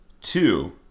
two